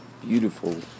beautiful